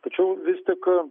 tačiau vis tik